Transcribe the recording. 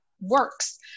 works